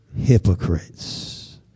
hypocrites